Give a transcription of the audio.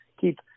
keep